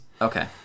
Okay